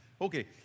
Okay